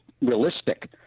realistic